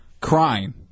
crying